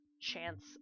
chance